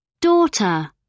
Daughter